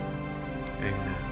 amen